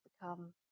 become